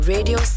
Radio